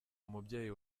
umubyeyi